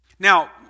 Now